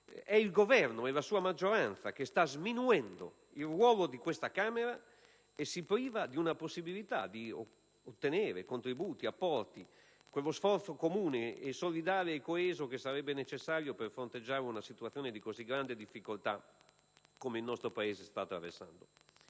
È il Governo, è la sua maggioranza che stanno sminuendo il ruolo di questo ramo del Parlamento, privandosi della possibilità di ottenere contributi, apporti, quello sforzo comune, solidale e coeso, necessario per fronteggiare una situazione di grande difficoltà, come quella che il nostro Paese sta attraversando.